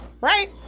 right